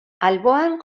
alboan